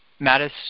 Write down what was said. Mattis